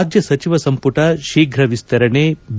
ರಾಜ್ಯ ಸಚಿವ ಸಂಪುಟ ಶೀಘ್ರ ವಿಸ್ತರಣೆ ಬಿ